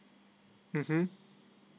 mm